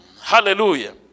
Hallelujah